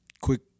quick